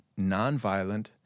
nonviolent